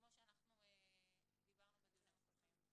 כמו שדיברנו בדיונים הקודמים.